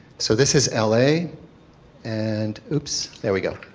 so this is l a and oops there we go.